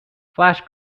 flash